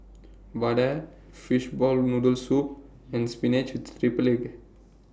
Vadai Fishball Noodle Soup and Spinach with Triple Egg